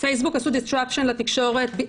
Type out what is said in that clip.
פייסבוק עשו דיסטרקשן לתקשורת,